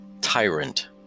tyrant